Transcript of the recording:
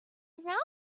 around